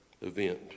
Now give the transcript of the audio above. event